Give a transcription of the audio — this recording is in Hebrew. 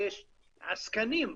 יש עסקנים,